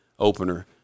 opener